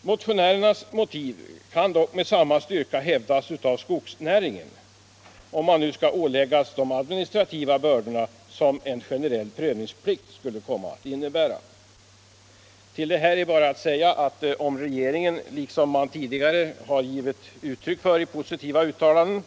Men detta motionärernas motiv kan med samma styrka hävdas av skogsnäringen, om man där skulle åläggas de administrativa bördor som en generell prövningsplikt skulle komma att innebära. Till detta är bara att säga att om regeringen, som tidigare har givit uttryck för sitt förtroende,